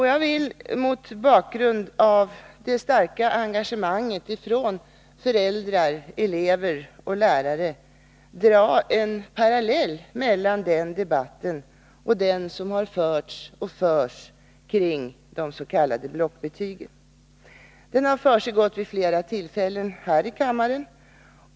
Jag vill — mot bakgrund av det starka engagemanget från elever, föräldrar och lärare — dra en parallell mellan den debatten och den som har förts, och förs, kring de s.k. blockbetygen. Den har försiggått vid flera tillfällen här i kammaren.